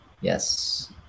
Yes